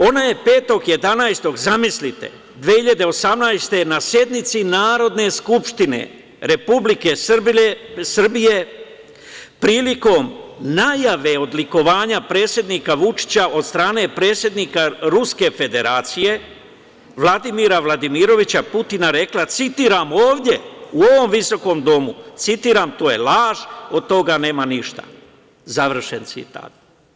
Ona je 5.11. 2018. godine, zamislite, na sednici Narodne skupštine Republike Srbije prilikom najave odlikovanja predsednika Vučića od strane predsednika Ruske Federacije, Vladimira Vladimirovića Putina rekla, ovde u ovom visokom Domu, citiram: „To je laž, od toga nema ništa“, završen citat.